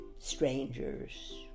Strangers